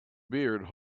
beard